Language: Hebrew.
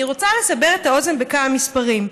אני רוצה לסבר את האוזן בכמה מספרים,